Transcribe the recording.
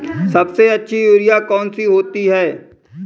सबसे अच्छी यूरिया कौन सी होती है?